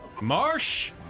Marsh